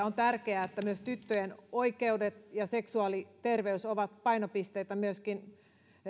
on tärkeää että tyttöjen oikeudet ja seksuaaliterveys ovat painopisteitä myöskin